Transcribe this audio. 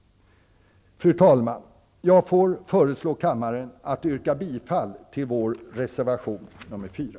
Fru talman! Jag föreslår kammaren att bifalla reservation 4.